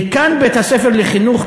דיקן בית-הספר לחינוך,